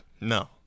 No